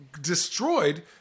destroyed